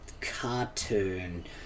cartoon